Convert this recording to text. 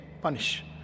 punish